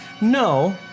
No